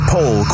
Poll